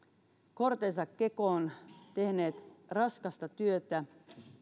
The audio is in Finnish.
kortensa kekoon tehneet raskasta työtä